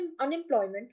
unemployment